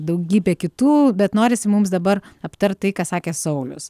daugybė kitų bet norisi mums dabar aptart tai ką sakė saulius